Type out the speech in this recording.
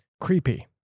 creepy